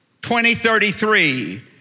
2033